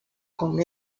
con